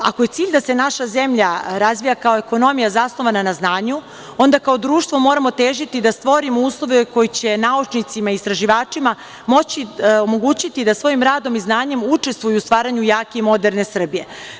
Ako je cilj da se naša zemlja razvija kao ekonomija zasnovana na znanju, onda kao društvo moramo težiti da stvorimo uslove koji će naučnicima i istraživačima omogućiti da svojim radom i znanjem učestvuju u stvaranju jake i moderne Srbije.